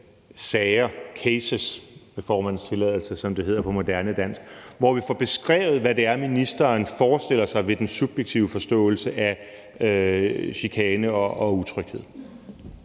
sager eller, med formandens tilladelse, cases, som det hedder på moderne dansk, hvor vi får beskrevet, hvad det er, ministeren forestiller sig ved den subjektive forståelse af chikane og utryghed.